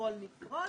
נוהל נפרד,